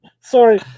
Sorry